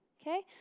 okay